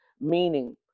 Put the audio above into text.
Meaning